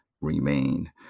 remain